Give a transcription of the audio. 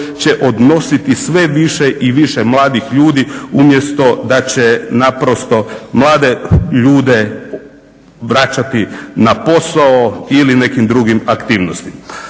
će odnositi sve više i više mladih ljudi umjesto da će naprosto mlade ljude vraćati na posao ili nekim drugim aktivnostima.